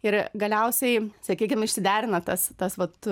ir galiausiai sakykim išsiderina tas tas vat